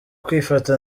kwifata